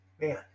man